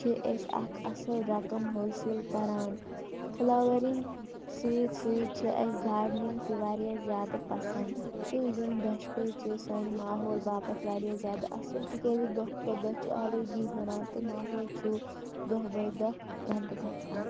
چھِ أسی اَکھ اَصٕل رقم حٲصِل کَران فُلاؤرِنٛگ سۭتۍ سۭتۍ چھِ اَسہِ گارڈنِنٛگ تہِ واریاہ زیادٕ پسنٛد تہٕ یِم دۄشوٕے چھِ سانہِ ماحول باپَتھ واریاہ زیادٕ اَصٕل تِکیٛازِ دۄہ کھۄتہٕ دۄہ چھِ آلوٗدگی ہُران تہٕ ماحول چھُ دۄہ باے دۄہ گَنٛدٕ گژھان